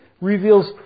reveals